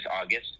August